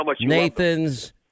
Nathan's